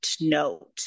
note